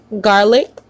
garlic